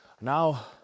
Now